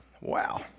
Wow